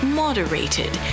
moderated